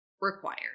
required